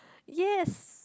yes